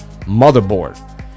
motherboard